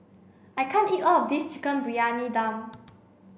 I can't eat all of this Chicken Briyani Dum